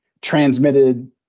transmitted